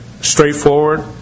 straightforward